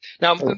Now